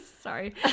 Sorry